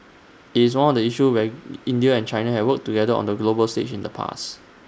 IT is one of the issues where India and China have worked together on the global stage in the past